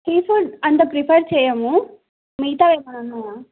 seafood అంతా prefer చేయము మిగతా ఎమన్నా